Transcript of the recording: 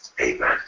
Amen